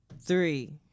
Three